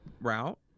route